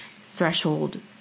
threshold